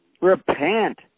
Repent